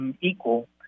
equal